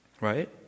right